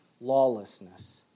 lawlessness